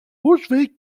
brunswick